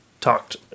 talked